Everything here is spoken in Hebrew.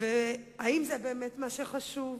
האם זה באמת מה שחשוב?